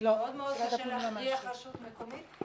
כי מאוד קשה להכריח רשות מקומית,